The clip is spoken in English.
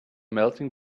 melting